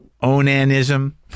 onanism